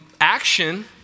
action